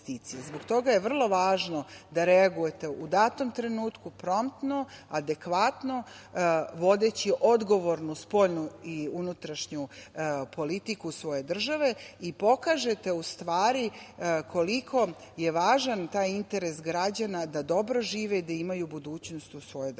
Zbog toga je vrlo važno da reagujete u datom trenutku, promtno, adekvatno, vodeći odgovornu spoljnu i unutrašnju politiku svoje države i pokažete u stvari koliko je važan taj interes građana da dobro žive i da imaju budućnost u svojoj državi. Mislim